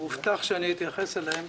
או הובטח שאתייחס אליהן,